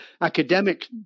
academic